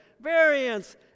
variance